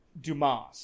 Dumas